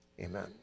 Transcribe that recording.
Amen